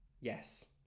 yes